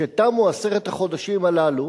כשתמו עשרת החודשים הללו